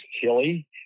hilly